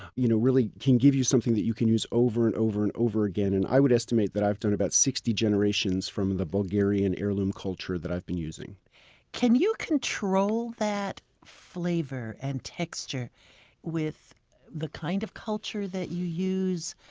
you know really can give you something that you can use over and over and over again. and i would estimate that i've done about sixty generations from the bulgarian heirloom culture that i've been using can you control the flavor and texture with the kind of culture that you use,